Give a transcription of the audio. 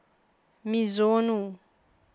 Mizuno